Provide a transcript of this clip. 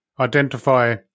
identify